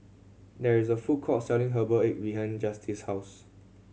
there is a food court selling herbal egg behind Justice's house